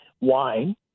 wine